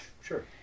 Sure